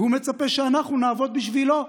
והוא מצפה שאנחנו נעבוד בשבילו,